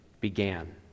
began